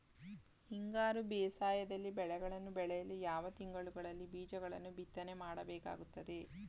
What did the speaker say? ಹಿಂಗಾರು ಬೇಸಾಯದಲ್ಲಿ ಬೆಳೆಗಳನ್ನು ಬೆಳೆಯಲು ಯಾವ ತಿಂಗಳುಗಳಲ್ಲಿ ಬೀಜಗಳನ್ನು ಬಿತ್ತನೆ ಮಾಡಬೇಕಾಗುತ್ತದೆ?